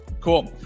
Cool